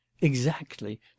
Exactly